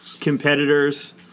competitors